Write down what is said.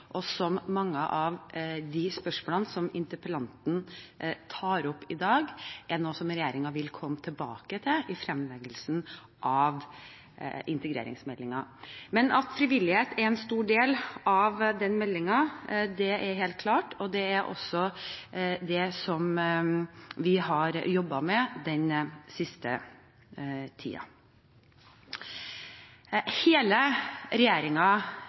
og mange av de spørsmålene som interpellanten tar opp i dag, er noe som regjeringen vil komme tilbake til i fremleggelsen av integreringsmeldingen. Men at frivillighet er en stor del av den meldingen, det er helt klart, og det er også det vi har jobbet med den siste tiden. Hele